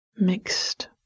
mixed